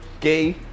gay